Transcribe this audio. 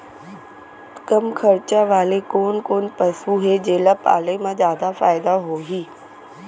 कम खरचा वाले कोन कोन पसु हे जेला पाले म जादा फायदा होही?